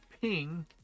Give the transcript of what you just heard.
ping